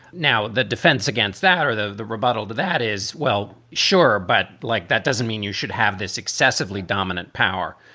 now, the defense against that or the rebuttal to that is, well, sure, but like that doesn't mean you should have this excessively dominant power.